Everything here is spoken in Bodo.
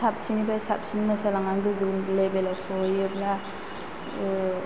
साबसिन निफ्राय साबसिन मोसालांना गोजौ लेभेलाव सहैयोब्ला